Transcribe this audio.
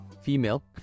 female